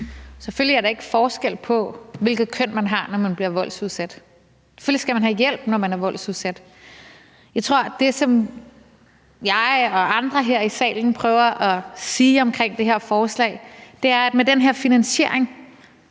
Selvfølgelig er der ikke forskel, i forhold til hvilket køn man har, når man bliver udsat for vold. Selvfølgelig skal man have hjælp, når man bliver udsat for vold. Jeg tror, det, som jeg og andre her i salen prøver at sige omkring det her forslag, er, at med den her finansiering